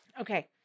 Okay